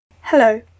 Hello